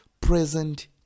present